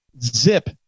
Zip